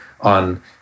on